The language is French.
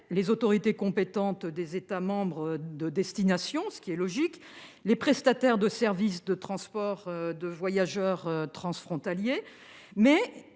les autorités compétentes des États membres de destination, ce qui est logique, les prestataires de services de transport de voyageurs transfrontaliers ...